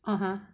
(uh huh)